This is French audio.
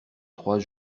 trois